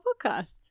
podcast